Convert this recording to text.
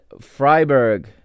Freiburg